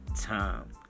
time